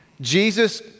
Jesus